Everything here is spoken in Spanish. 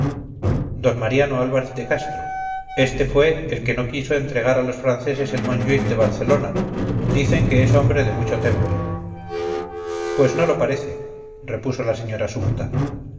d mariano álvarez de castro este fue el que no quiso entregar a los franceses el monjuich de barcelona dicen que es hombre de mucho temple pues no lo parece repuso la señora sumta